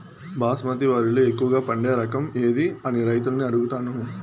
బాస్మతి వరిలో ఎక్కువగా పండే రకం ఏది అని రైతులను అడుగుతాను?